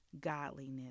godliness